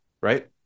right